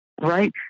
Right